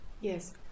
Yes